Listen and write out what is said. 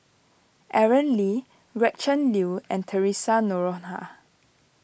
Aaron Lee Gretchen Liu and theresa Noronha